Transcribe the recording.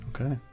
Okay